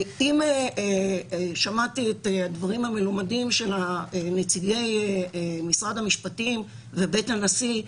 אם שמעתי את הדברים המלומדים של נציגי משרד המשפטים ובית הנשיא,